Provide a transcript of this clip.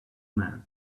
man